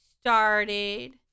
started